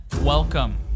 welcome